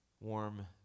warm